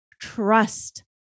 trust